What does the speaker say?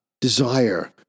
desire